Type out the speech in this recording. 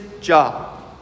job